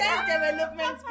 development